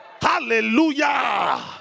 Hallelujah